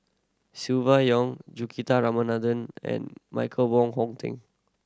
Silvia Yong Juthika Ramanathan and Michael Wong Hong Teng